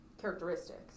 characteristics